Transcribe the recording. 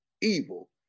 evil